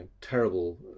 terrible